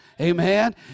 Amen